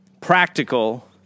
practical